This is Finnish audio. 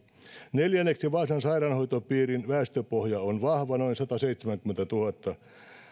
neljänneksi vaasan sairaanhoitopiirin väestöpohja on vahva noin sataseitsemänkymmentätuhatta